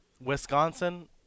Wisconsin